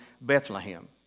Bethlehem